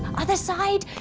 other side!